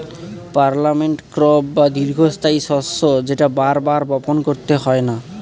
permanent crop বা দীর্ঘস্থায়ী শস্য যেটা বার বার বপন করতে হয় না